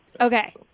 Okay